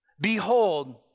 Behold